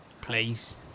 Please